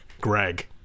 Greg